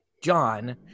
John